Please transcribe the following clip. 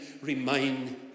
remain